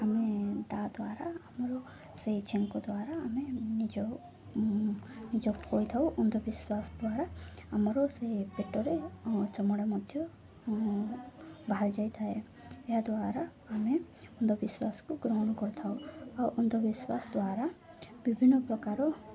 ଆମେ ତା' ଦ୍ୱାରା ଆମର ସେଇ ଛେଙ୍କ ଦ୍ୱାରା ଆମେ ନିଜ ନିଜ କହିଥାଉ ଅନ୍ଧବିଶ୍ୱାସ ଦ୍ୱାରା ଆମର ସେ ପେଟରେ ଚମଡ଼ା ମଧ୍ୟ ବାହାରି ଯାଇଥାଏ ଏହାଦ୍ୱାରା ଆମେ ଅନ୍ଧବିଶ୍ୱାସକୁ ଗ୍ରହଣ କରିଥାଉ ଆଉ ଅନ୍ଧବିଶ୍ୱାସ ଦ୍ୱାରା ବିଭିନ୍ନ ପ୍ରକାର